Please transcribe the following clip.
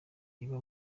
riba